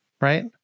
Right